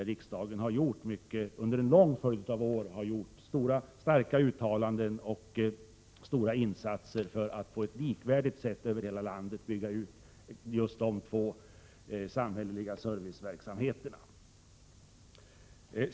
Riksdagen har under en lång följd av år gjort starka uttalanden och stora insatser för att på ett likvärdigt sätt över hela landet bygga ut just de båda samhälleliga serviceverksamheterna.